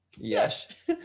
Yes